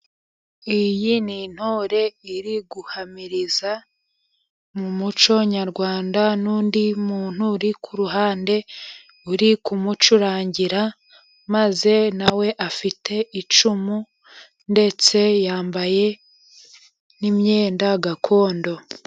Iyi ni intore iri guhamiriza mu muco nyarwanda, n'undi muntu uri ku ruhande uri kumucurangira, maze nawe afite icumu ndetse yambaye n'imyenda gakondo.